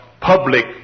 Public